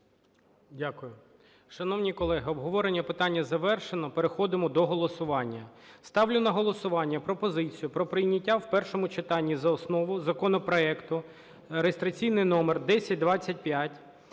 Дякую. Шановні колеги, обговорення питання завершено. Переходимо до голосування. Ставлю на голосування пропозицію про прийняття в першому читанні і за основу законопроекту (реєстраційний номер 1025)